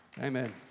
Amen